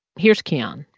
here's keyhon.